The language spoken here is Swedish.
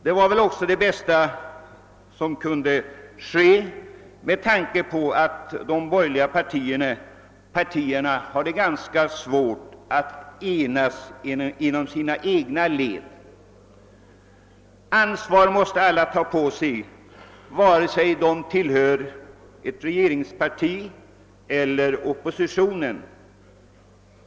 Det var väl också det bästa som kunde ske med tanke på att de borgerliga partierna har ganska svårt att enas inom sina egna led. Ansvar måste alla ta på sig, vare sig de tillhör regeringsparti eller opposition.